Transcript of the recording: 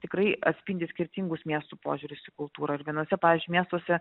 tikrai atspindi skirtingus miestų požiūrius į kultūrą ir vienuose pavyzdžiui miestuose